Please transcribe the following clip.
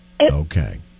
okay